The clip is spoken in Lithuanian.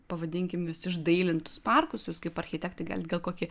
pavadinkim juos išdailintus parkus jūs kaip architektai gal kokį